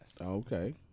Okay